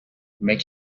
make